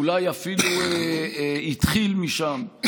אולי אפילו התחיל משם.